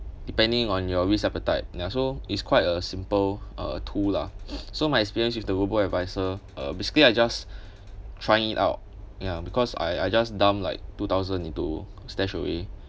depending on your risk appetite ya so it's quite a simple uh tool lah so my experience with the robo-adviser uh basically I just trying it out you know because I I just dump like two thousand into stashaway